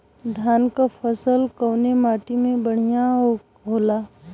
धान क फसल कवने माटी में बढ़ियां होला?